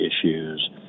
issues